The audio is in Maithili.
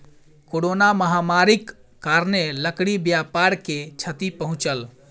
कोरोना महामारीक कारणेँ लकड़ी व्यापार के क्षति पहुँचल